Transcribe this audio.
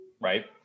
Right